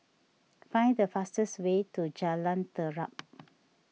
find the fastest way to Jalan Terap